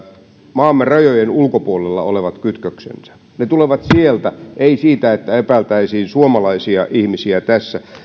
maamme rajojen ulkopuolella olevat kytköksensä ne tulevat sieltä eivät siitä että tässä epäiltäisiin suomalaisia ihmisiä